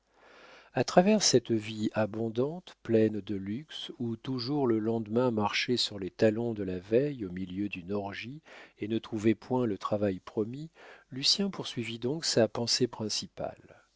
a travers cette vie abondante pleine de luxe où toujours le lendemain marchait sur les talons de la veille au milieu d'une orgie et ne trouvait point le travail promis lucien poursuivit donc sa pensée principale